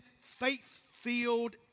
faith-filled